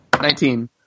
Nineteen